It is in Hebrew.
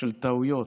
של טעויות,